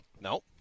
No